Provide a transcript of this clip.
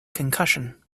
concussion